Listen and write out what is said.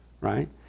right